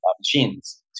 machines